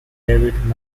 david